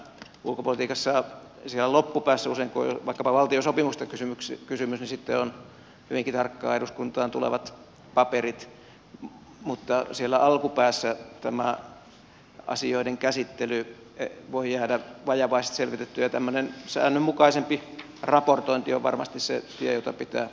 ulkopolitiikassa siellä loppupäässä usein kun on vaikkapa valtiosopimuksesta kysymys on sitten hyvinkin tarkat eduskuntaan tulevat paperit mutta siellä alkupäässä tämä asioiden käsittely ja selvittely voi jäädä vajavaiseksi ja tämmöinen säännönmukaisempi raportointi on varmasti se tie jota pitää noudattaa